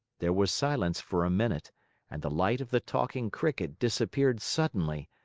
there was silence for a minute and the light of the talking cricket disappeared suddenly,